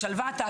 שלוותה,